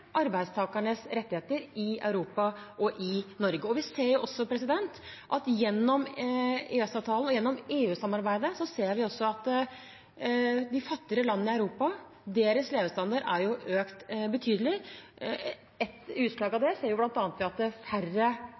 arbeidstakernes rettigheter i Europa og i Norge. Vi ser også at gjennom EØS-avtalen og gjennom EU-samarbeidet har levestandarden i de fattigere landene i Europa økt betydelig. Et utslag av det ser vi bl.a. er at færre